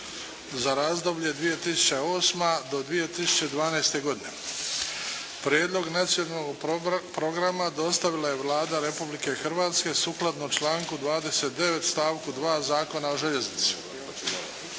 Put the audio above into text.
za razdoblje 2008. do 2012. godine Prijedlog Nacionalnog programa dostavila je Vlada Republike Hrvatske sukladno članku 29. stavku 2. Zakona o željeznici.